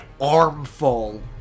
armful